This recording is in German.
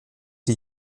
die